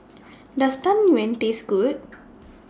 Does Tang Yuen Taste Good